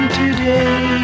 today